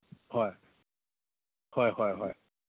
ꯍꯣꯏ ꯍꯣꯏ ꯍꯣꯏ ꯍꯣꯏ